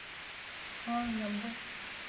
ᱚᱱᱮ ᱧᱟᱢᱫᱚ